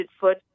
foot